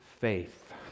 faith